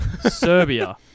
Serbia